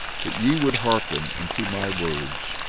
that ye would hearken unto my words,